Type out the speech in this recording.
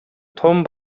тун